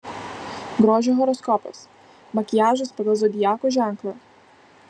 grožio horoskopas makiažas pagal zodiako ženklą